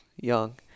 young